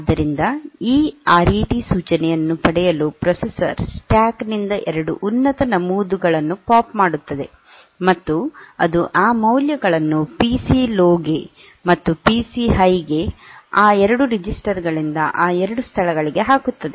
ಆದ್ದರಿಂದ ಈ R E T ಸೂಚನೆಯನ್ನು ಪಡೆಯಲು ಪ್ರೊಸೆಸರ್ ಸ್ಟ್ಯಾಕ್ ನಿಂದ 2 ಉನ್ನತ ನಮೂದುಗಳನ್ನು ಪಾಪ್ ಮಾಡುತ್ತದೆ ಮತ್ತು ಅದು ಆ ಮೌಲ್ಯಗಳನ್ನು ಪಿಸಿ ಲೊ ಗೆ ಮತ್ತು ಪಿ ಸಿ ಹೈ ಗೆ ಆ ಎರಡು ರೆಜಿಸ್ಟರ್ ಗಳಿಂದ ಆ 2 ಸ್ಥಳಗಳಿಗೆ ಹಾಕುತ್ತದೆ